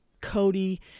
Cody